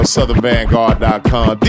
SouthernVanguard.com